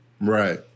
Right